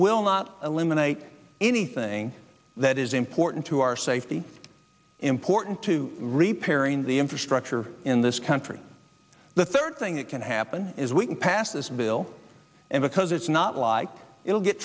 will not eliminate anything that is important to our safety important to repairing the infrastructure in this country the third thing it can happen is we can pass this bill and because it's not like it'll get